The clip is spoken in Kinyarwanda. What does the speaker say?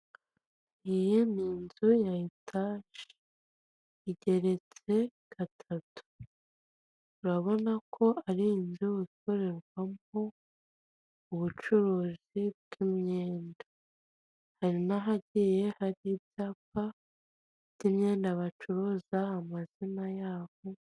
Iyi ni inzu ya etaje igeretse gatatu ,urabona ko ari inzu ikorerwamo ubucuruzi bw'imyenda, hari n'ahagiye hari ibyapa by'imyenda bacuruza n'amazina yaho.